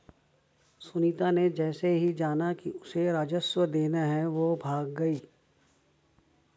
सुनीता ने जैसे ही जाना कि उसे राजस्व देना है वो भाग गई